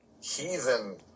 heathen